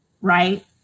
right